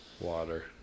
water